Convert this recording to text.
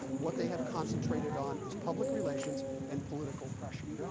what they have concentrated on is public relations and political pressure.